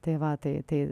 tai va tai tai